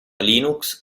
linux